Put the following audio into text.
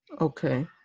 Okay